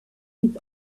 with